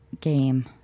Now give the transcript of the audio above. game